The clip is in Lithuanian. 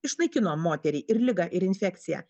išnaikino moteriai ir ligą ir infekciją